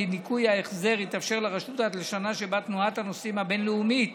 ניכוי ההחזר יתאפשר לרשות עד לשנה שבה תנועת הנוסעים הבין-לאומית